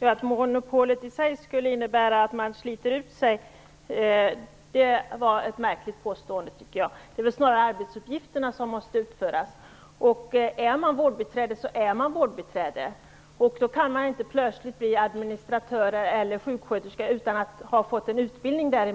Herr talman! Att monopolet i sig skulle innebära att man sliter ut sig var ett märkligt påstående. Det är väl snarare arbetsuppgifterna som måste utföras. Är man vårdbiträde så är man vårdbiträde. Då kan man inte plötsligt bli administratör eller sjuksköterska utan att ha fått utbildning. Det är